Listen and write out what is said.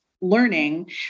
learning